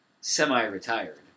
semi-retired